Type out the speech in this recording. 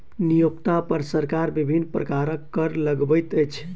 नियोक्ता पर सरकार विभिन्न प्रकारक कर लगबैत अछि